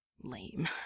Lame